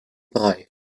brei